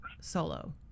solo